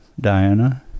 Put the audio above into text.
Diana